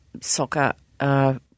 soccer